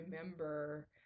remember